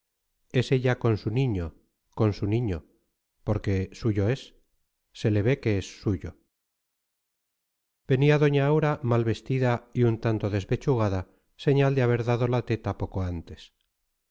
es ella con su niño con su niño porque suyo es se le ve que es suyo venía doña aura mal vestida y un tanto despechugada señal de haber dado la teta poco antes